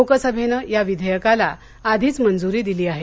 लोकसभेनं या विधेयकाला आधीच मंजूरी दिली आहे